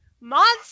monster